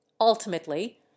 Ultimately